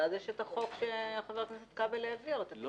ואז יש את החוק שחבר הכנסת כבל --- לא